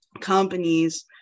companies